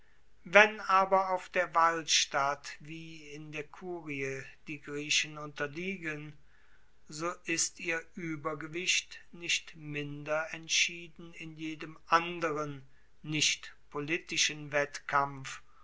wenn aber auf der walstatt wie in der kurie die griechen unterliegen so ist ihr uebergewicht nicht minder entschieden in jedem anderen nicht politischen wettkampf